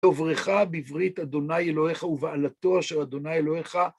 וברכה בברית אדוני אלוהיך ובעלתו אשר אדוני אלוהיך.